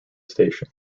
station